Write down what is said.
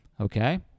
Okay